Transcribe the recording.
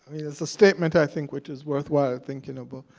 it's a statement i think which is worthwhile thinking about.